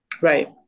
Right